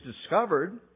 discovered